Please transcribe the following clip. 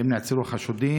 1. האם נעצרו חשודים?